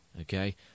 okay